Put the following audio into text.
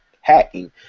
hacking